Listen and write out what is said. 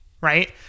right